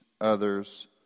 others